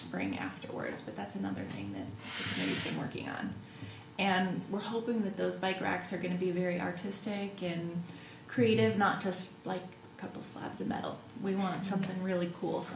spring afterwards but that's another thing working on and we're hoping that those bike racks are going to be very artistic and creative not just like a couple slabs of metal we want something really cool